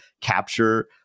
capture